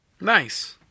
Nice